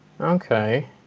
Okay